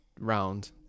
round